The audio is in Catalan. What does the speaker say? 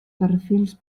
perfils